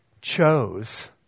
chose